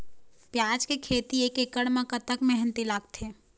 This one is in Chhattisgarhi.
प्याज के खेती एक एकड़ म कतक मेहनती लागथे?